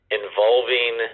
involving